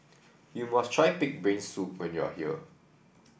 you must try pig brain soup when you are here